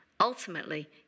ultimately